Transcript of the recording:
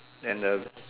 then the